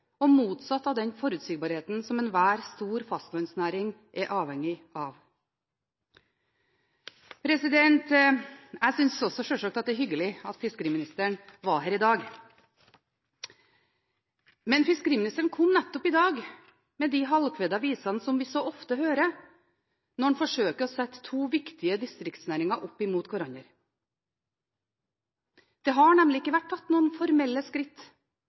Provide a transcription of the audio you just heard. av den forutsigbarheten som enhver stor fastlandsnæring er avhengig av. Jeg syns sjølsagt også at det er hyggelig at fiskeriministeren var her i dag. Men fiskeriministeren kom i dag med nettopp de halvkvedede visene som vi så ofte hører når en forsøker å sette to viktige distriktsnæringer opp mot hverandre. Det har nemlig ikke vært tatt noen formelle skritt,